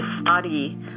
study